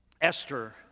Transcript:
Esther